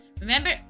Remember